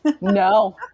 No